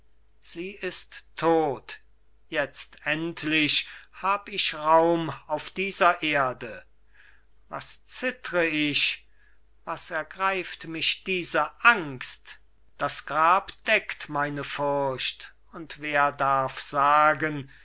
sie ist tot jetzt endlich hab ich raum auf dieser erde was zittr ich was ergreift mich diese angst das grab deckt meine furcht und wer darf sagen